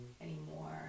anymore